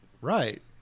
Right